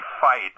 fight